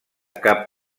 cap